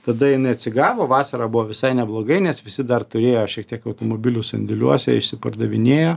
tada jinai atsigavo vasarą buvo visai neblogai nes visi dar turėjo šiek tiek automobilių sandėliuose išsipardavinėjo